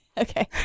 Okay